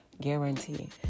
guarantee